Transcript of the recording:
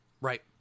Right